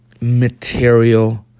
material